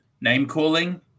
name-calling